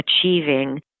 achieving